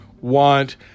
want